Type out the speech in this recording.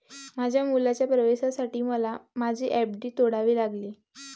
माझ्या मुलाच्या प्रवेशासाठी मला माझी एफ.डी तोडावी लागली